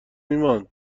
ایمان